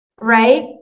Right